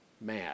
mad